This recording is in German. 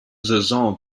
saison